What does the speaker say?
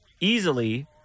easily